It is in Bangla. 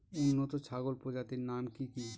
উন্নত ছাগল প্রজাতির নাম কি কি?